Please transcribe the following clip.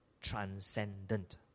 transcendent